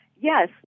Yes